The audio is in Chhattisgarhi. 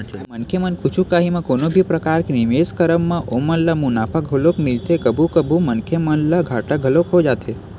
मनखे मन कुछु काही म कोनो भी परकार के निवेस के करब म ओमन ल मुनाफा घलोक मिलथे कभू कभू मनखे मन ल घाटा घलोक हो जाथे